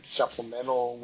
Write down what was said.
supplemental